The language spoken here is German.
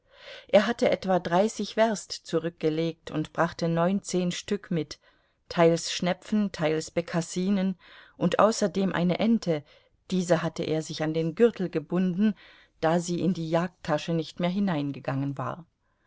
er hatte etwa dreißig werst zurückgelegt und brachte neunzehn stück mit teils schnepfen teils bekassinen und außerdem eine ente diese hatte er sich an den gürtel gebunden da sie in die jagdtasche nicht mehr hineingegangen war